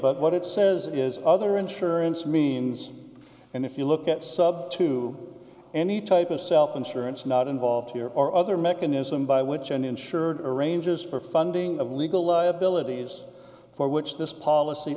but what it says is other insurance means and if you look at sub to any type of self insurance not involved here are other mechanism by which an insured arranges for funding of legal liabilities for which this policy